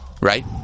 Right